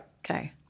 Okay